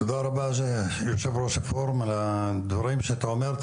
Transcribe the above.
תודה רבה יושב ראש הפורום על הדברים שאתה אומר.